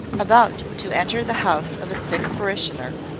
about to enter the house of a sick parishioner.